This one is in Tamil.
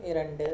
இரண்டு